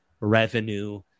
revenue